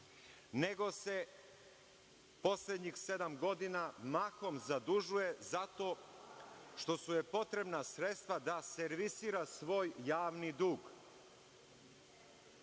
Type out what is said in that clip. nego se poslednjih sedam godina, mahom zadužuje za to što su joj potrebna sredstva da servisira svoj javni dug.